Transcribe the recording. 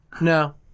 No